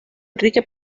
enrique